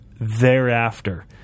thereafter